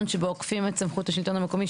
שבו עוקפים את סמכות השלטון המקומי,